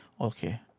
okay